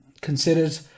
considered